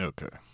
Okay